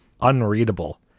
unreadable